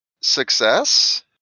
success